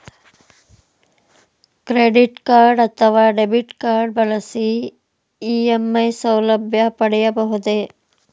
Credit card ಅಥವಾ debit card ಬಳಸಿ EMI ಸೌಲಭ್ಯ ಪಡೆಯಬಹುದೇ?